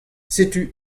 setu